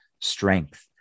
strength